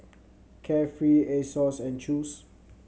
Carefree Asos and Chew's